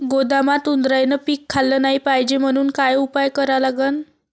गोदामात उंदरायनं पीक खाल्लं नाही पायजे म्हनून का उपाय करा लागन?